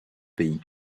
pays